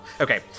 Okay